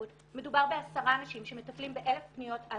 מדובר בעשרה אנשים שמטפלים ב-1000 פניות על